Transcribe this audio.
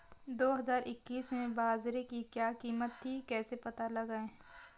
दो हज़ार इक्कीस में बाजरे की क्या कीमत थी कैसे पता लगाएँ?